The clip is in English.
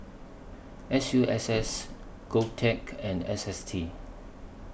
S U S S Govtech and S S T